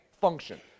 function